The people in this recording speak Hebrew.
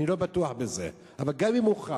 אני לא בטוח בזה, אבל גם אם הוכח,